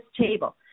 table